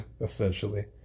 essentially